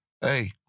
Hey